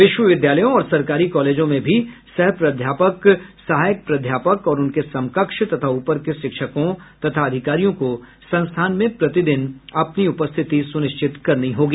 विश्वविद्यालयों और सरकारी कालेजों में सह प्राध्यापक सहायक प्राध्यापक और उनके समकक्ष तथा ऊपर के शिक्षकों तथा अधिकारियों को संस्थान में प्रतिदिन अपनी उपस्थिति सुनिश्चत करनी होगी